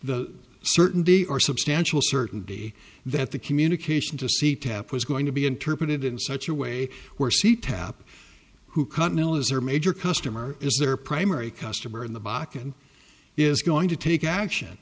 the certainty or substantial certainty that the communication to see tap was going to be interpreted in such a way where c tap who continental is are major customer is their primary customer in the back and is going to take action